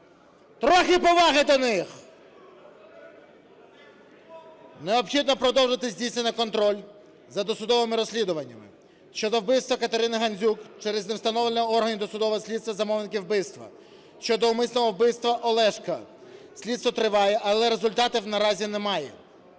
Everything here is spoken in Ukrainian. Трохи поваги до них. Необхідно продовжити здійснення контролю за досудовими розслідуваннями щодо вбивства Катерини Гандзюк через невстановлення органами досудового слідства замовників вбивства, щодо умисного вбивства Олешка. Слідство триває, але результатів наразі немає.